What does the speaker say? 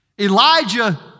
Elijah